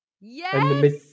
yes